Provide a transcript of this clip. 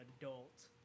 adult